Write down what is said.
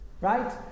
Right